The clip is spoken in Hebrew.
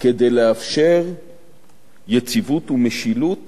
כדי לאפשר יציבות ומשילות